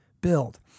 build